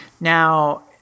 Now